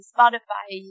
Spotify